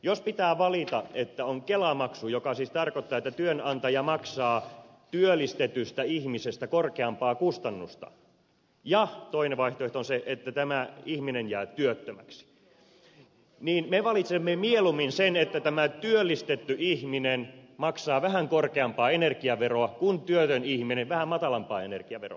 jos pitää valita että on kelamaksu joka siis tarkoittaa että työnantaja maksaa työllistetystä ihmisestä korkeampaa kustannusta ja toinen vaihtoehto on se että tämä ihminen jää työttömäksi me valitsemme mieluummin sen että tämä työllistetty ihminen maksaa vähän korkeampaa energiaveroa kuin työtön ihminen vähän matalampaa energiaveroa